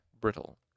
brittle